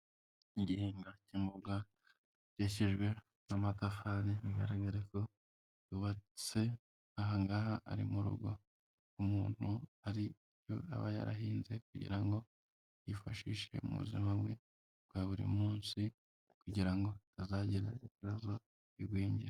Igihingwa cy'imboga, gikikijwe n'amatafari, bigaragare ko yubatse, aha ngaha ari mu rugo, umuntu ari aba yarahinze kugira ngo yifashishe mu buzima bwe bwa buri munsi, kugira ngo atazagira ibibazo by'igwingira.